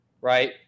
Right